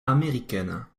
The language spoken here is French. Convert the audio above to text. américaine